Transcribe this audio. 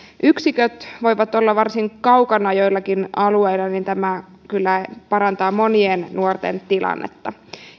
yksiköt voivat olla varsin kaukana joillakin alueilla niin tämä kyllä parantaa monien nuorten tilannetta